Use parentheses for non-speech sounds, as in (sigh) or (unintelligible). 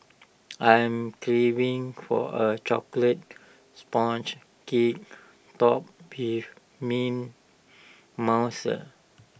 I'm craving for A Chocolate Sponge Cake Topped (unintelligible) Mint Mousse